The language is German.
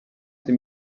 sie